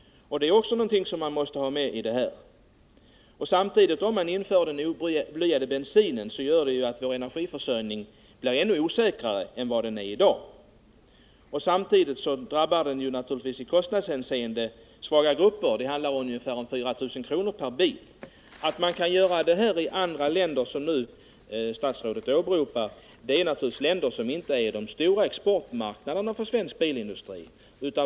Det är också någonting man måste räkna med. Att införa blyfri bensin innebär samtidigt att vår försörjning blir ännu osäkrare än den är i dag. I kostnadshänseende drabbas också svaga grupper — det handlar om ungefär 4 000 kr. per bil. Det är sant att vi kan exportera till andra länder som har sådana här bestämmelser, såsom statsrådet åberopar, men dessa länder är ju inte de stora exportmarknaderna för svensk bilindustri.